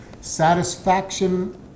satisfaction